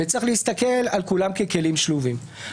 וצריך להסתכל על כולם ככלים שלובים.